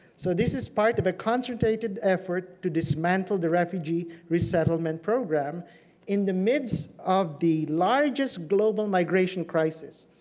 so this is part of a concentrated effort to dismantle the refugee resettlement program in the midsts of the largest global migration crisis.